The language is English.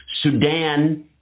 Sudan